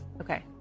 Okay